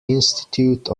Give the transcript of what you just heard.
institute